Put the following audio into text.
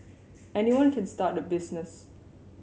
anyone can start a business